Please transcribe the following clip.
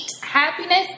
happiness